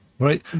Right